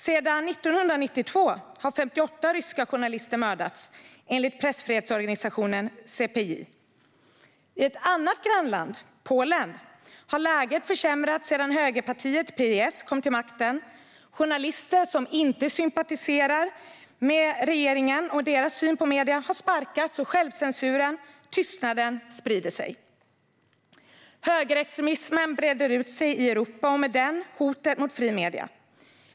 Sedan 1992 har 58 ryska journalister mördats, enligt pressfrihetsorganisationen CPJ. I ett annat grannland, Polen, har läget försämrats sedan högerpartiet PIS kom till makten. Journalister som inte sympatiserar med regeringens syn på medier har sparkats, och självcensuren, tystnaden, sprider sig. Högerextremismen breder ut sig i Europa, och med den hotet mot fria medier.